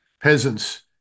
peasants